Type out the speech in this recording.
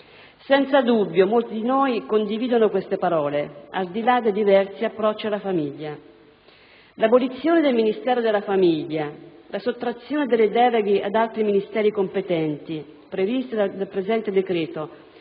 Senza dubbio molti di noi condividono queste parole, al di là dei diversi approcci alla famiglia. L'abolizione del Ministero della famiglia e la sottrazione delle deleghe ad altri Ministeri competenti, previste dal presente decreto,